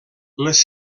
les